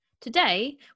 Today